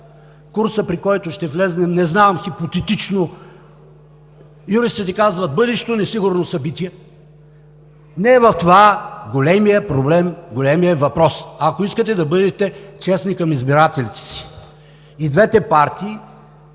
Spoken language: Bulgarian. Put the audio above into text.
при който ще влезем – не знам, хипотетично юристите казват „бъдещо несигурно събитие“. Не е в това големият проблем, големият въпрос. Ако искате да бъдете честни към избирателите си – и двете партии